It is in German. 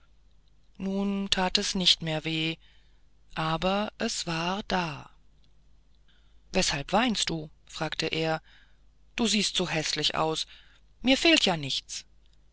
nun that es nicht mehr wehe aber es war da weshalb weinst du fragte er so siehst du häßlich aus mir fehlt ja nichts